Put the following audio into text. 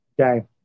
Okay